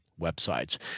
websites